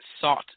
sought